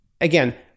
again